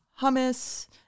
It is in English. hummus